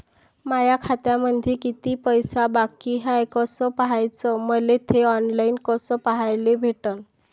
माया खात्यामंधी किती पैसा बाकी हाय कस पाह्याच, मले थे ऑनलाईन कस पाह्याले भेटन?